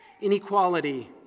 inequality